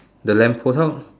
the lamp post hor